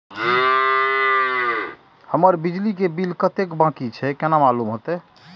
हमर बिजली के बिल कतेक बाकी छे केना मालूम होते?